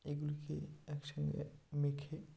এগুলিকে একসঙ্গে মেখে